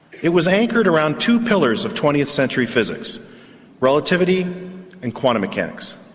it was anchored around two pillars of twentieth century physics relativity and quantum mechanics.